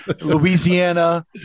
louisiana